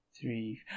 three